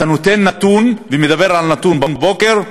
אתה נותן נתון ומדבר על נתון בבוקר,